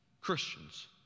Christians